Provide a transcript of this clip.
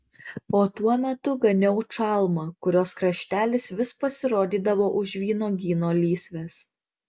o tuo metu ganiau čalmą kurios kraštelis vis pasirodydavo už vynuogyno lysvės